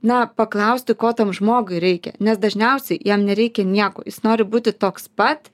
na paklausti ko tam žmogui reikia nes dažniausiai jam nereikia nieko jis nori būti toks pat